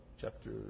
chapter